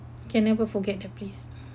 can never forget the place